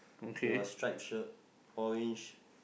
with a stripe shirt orange